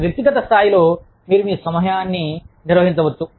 వ్యక్తిగత స్థాయిలో మీరు మీ సమయాన్ని నిర్వహించవచ్చు